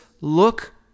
look